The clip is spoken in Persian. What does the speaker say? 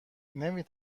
نمی